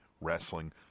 wrestling